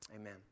Amen